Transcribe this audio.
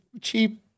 cheap